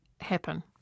happen